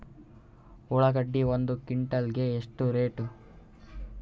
ಉಳ್ಳಾಗಡ್ಡಿ ಒಂದು ಕ್ವಿಂಟಾಲ್ ಗೆ ಎಷ್ಟು ರೇಟು?